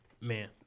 man